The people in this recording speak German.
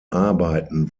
arbeiten